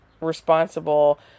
responsible